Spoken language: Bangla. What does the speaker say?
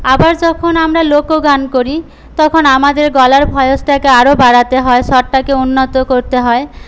আবার যখন আমরা লোকগান করি তখন আমাদের গলার ভয়েসটাকে আরও বাড়াতে হয় স্বরটাকে উন্নত করতে হয়